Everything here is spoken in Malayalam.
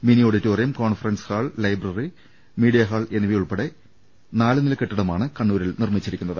mini auditorium conference hall library media hall എന്നിവയുൾപ്പെട്ട നാലു നില കെട്ടിടമാണ് കണ്ണൂരിൽ നിർമ്മിച്ചിരിക്കുന്നത്